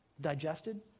digested